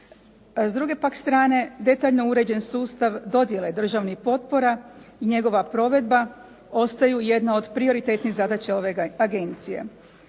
S druge pak strane detaljno uređen sustav dodjele državnih potpora i njegova provedba ostaju jedna od prioritetnih zadaća ove agencije.